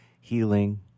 healing